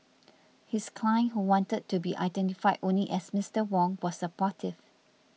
his client who wanted to be identified only as Mister Wong was supportive